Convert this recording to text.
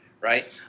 right